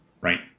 right